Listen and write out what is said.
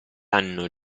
hanno